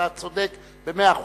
אתה צודק במאה אחוז,